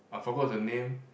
I forgot the name